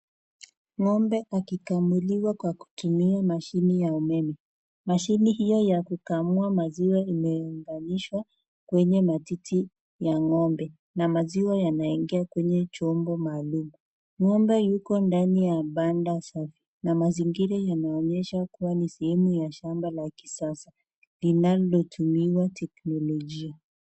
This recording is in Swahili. Ng'ombe wakikamuliwa kwa kutumia mashini ya umeme. Mashini hio ya kukamua maziwa imeunganishwa kwenye matiti ya ng'ombe na maziwa yanaingia kwenye chombo maalum. Ng'ombe yuko ndani ya banda safi na mazingira yanaonyesha kuwa ni sehemu ya shamba la kisasa linalotumiwa teknolojia.